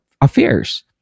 affairs